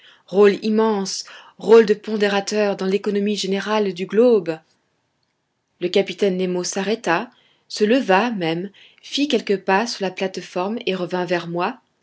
rôle immense rôle de pondérateur dans l'économie générale du globe le capitaine nemo s'arrêta se leva même fit quelques pas sur la plate-forme et revint vers moi